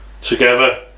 Together